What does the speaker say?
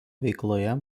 veikloje